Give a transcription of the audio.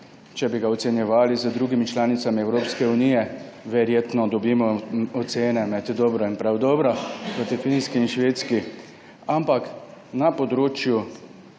Če bi ga ocenjevali z drugimi članicami Evropske unije, verjetno dobimo ocene med dobro in prav dobro, proti Finski in Švedski. Ampak na področju